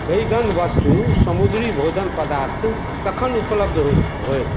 बैगन वस्तु समुद्री भोजन पदार्थ कखन उपलब्ध होयत